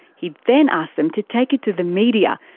he'd then ask them to take it to the media.